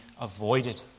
avoided